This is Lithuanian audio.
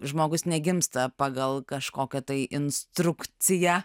žmogus negimsta pagal kažkokią tai instrukciją